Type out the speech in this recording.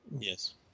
Yes